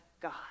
God